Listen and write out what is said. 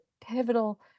pivotal